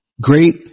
great